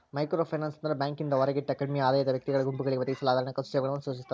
microfinance ಅಂದ್ರ ಬ್ಯಾಂಕಿಂದ ಹೊರಗಿಟ್ಟ ಕಡ್ಮಿ ಆದಾಯದ ವ್ಯಕ್ತಿಗಳ ಗುಂಪುಗಳಿಗೆ ಒದಗಿಸಲಾದ ಹಣಕಾಸು ಸೇವೆಗಳನ್ನ ಸೂಚಿಸ್ತದ